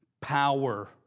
power